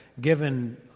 given